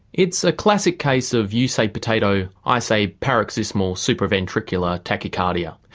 it's a classic case of you say potato, i say paroxysmal supraventricular tachycardia.